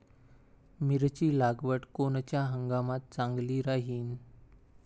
मिरची लागवड कोनच्या हंगामात चांगली राहीन?